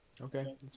Okay